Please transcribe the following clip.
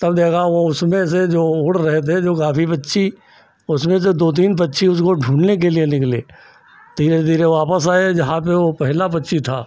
तब देखा वह उसमें से जो उड़ रहे थे जो काफी पक्षी उसमें से दो तीन पक्षी उसको ढूँढने के लिए निकले धीरे धीरे वापस आए जहाँ पर वह पहला पक्षी था